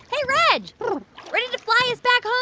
hey, reg ready to fly us back home?